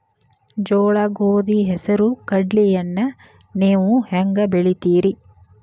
ಜೋಳ, ಗೋಧಿ, ಹೆಸರು, ಕಡ್ಲಿಯನ್ನ ನೇವು ಹೆಂಗ್ ಬೆಳಿತಿರಿ?